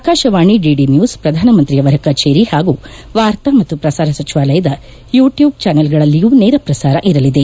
Akashvani DD news ಪ್ರಧಾನಮಂತ್ರಿಯವರ ಕಚೇರಿ ಹಾಗೂ ವಾರ್ತಾ ಮತ್ತು ಪ್ರಸಾರ ಸಚಿವಾಲಯದ ಯೂಟ್ಯೂಬ್ ಚಾನೆಲ್ಗಳಲ್ಲಿಯೂ ನೇರ ಪ್ರಸಾರ ಇರಲಿದೆ